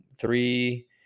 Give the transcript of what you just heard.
three